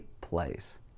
place